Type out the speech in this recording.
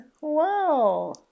Wow